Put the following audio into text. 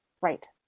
right